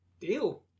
Deal